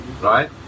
right